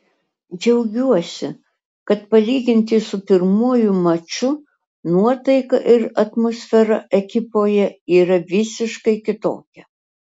džiaugiuosi kad palyginti su pirmuoju maču nuotaika ir atmosfera ekipoje yra visiškai kitokia